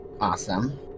Awesome